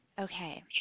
Okay